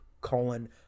colon